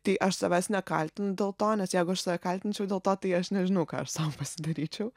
tai aš savęs nekaltinu dėl to nes jeigu aš save kaltinčiau dėl to tai aš nežinau ką aš sau pasidaryčiau